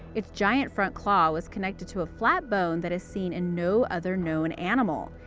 its giant front claw was connected to a flat bone that is seen in no other known animal.